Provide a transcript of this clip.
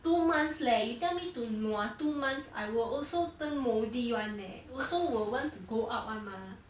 two months leh you tell me to nua two months I will also turn moldy [one] leh also will want to go out [one] mah